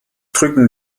drücken